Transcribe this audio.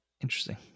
Interesting